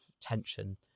tension